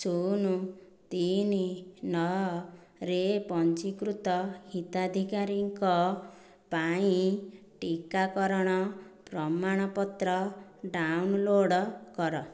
ଶୂନ ତିନି ନଅରେ ପଞ୍ଜୀକୃତ ହିତାଧିକାରୀଙ୍କ ପାଇଁ ଟିକାକରଣ ପ୍ରମାଣପତ୍ର ଡାଉନଲୋଡ଼୍ କର